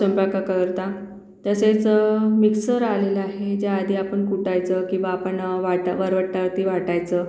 स्वयंपाकाकरता तसेच मिक्सर आलेला आहे जे आधी आपण कुटायचं किंवा आपण वाटा वरवट्ट्यावरती वाटायचं